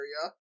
area